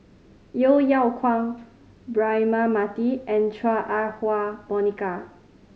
Yeo Yeow Kwang Braema Mathi and Chua Ah Huwa Monica